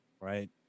right